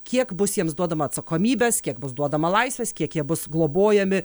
kiek bus jiems duodama atsakomybės kiek bus duodama laisvės kiek jie bus globojami